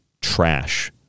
trash